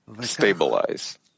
stabilize